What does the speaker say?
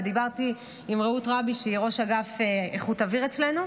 ודיברתי עם רעות רבי שהיא ראש אגף איכות אוויר אצלנו,